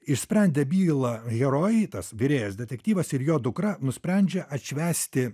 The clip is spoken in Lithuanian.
išsprendę bylą herojai tas virėjas detektyvas ir jo dukra nusprendžia atšvęsti